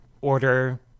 Order